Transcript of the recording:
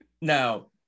Now